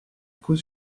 coup